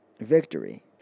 victory